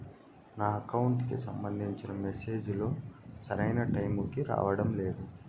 నా అకౌంట్ కి సంబంధించిన మెసేజ్ లు సరైన టైముకి రావడం లేదు